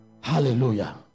hallelujah